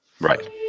Right